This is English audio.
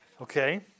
Okay